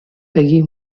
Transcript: peggy